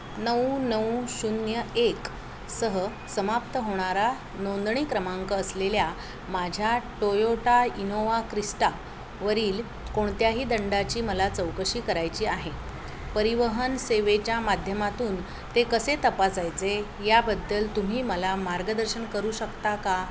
नऊ नऊ शून्य एक सह समाप्त होणारा नोंदणी क्रमांक असलेल्या माझ्या टोयोटा इनोवा क्रिस्टावरील कोणत्याही दंडाची मला चौकशी करायची आहे परिवहन सेवेच्या माध्यमातून ते कसे तपासायचे याबद्दल तुम्ही मला मार्गदर्शन करू शकता का